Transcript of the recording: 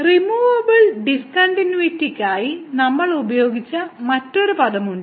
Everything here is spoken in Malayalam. റിമൂവബിൾ ഡിസ്കണ്ടിന്യൂയിറ്റിക്കായി നമ്മൾ ഉപയോഗിച്ച മറ്റൊരു പദമുണ്ട്